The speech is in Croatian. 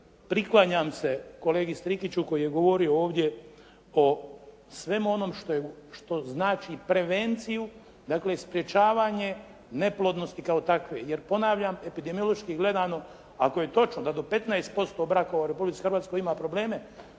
priklanjam se kolegi Strikiću koji je govorio ovdje o svemu onom što znači prevenciju znači sprečavanje neplodnosti kao takve. Jer ponavljam epidemiološki gledano ako je točno da do 15% brakova u Republici Hrvatskoj ima probleme